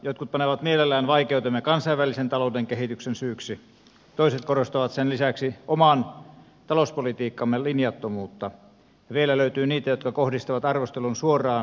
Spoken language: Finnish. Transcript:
jotkut panevat mielellään vaikeutemme kansainvälisen talouden kehityksen syyksi toiset korostavat sen lisäksi oman talouspolitiikkamme linjattomuutta ja vielä löytyy niitä jotka kohdistavat arvostelun suoraan kataisen ja stubbin hallituksiin